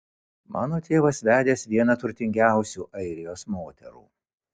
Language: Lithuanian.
mano tėvas vedęs vieną turtingiausių airijos moterų